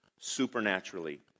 supernaturally